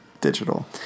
digital